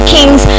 Kings